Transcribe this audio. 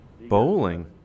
Bowling